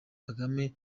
kagame